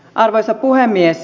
arvoisa puhemies